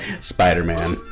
Spider-Man